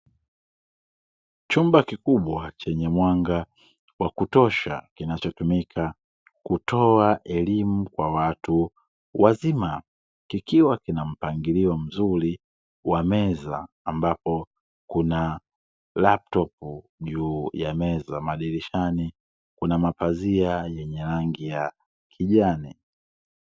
Chumba kikubwa chenye mwanga wa kutosha, kinachotumika kutoa elimu kwa watu wazima; kikiwa kina mpangilio mzuri wa meza ambapo kuna laptopu juu ya meza, madirishani kuna mapazia yenye rangi ya kijani.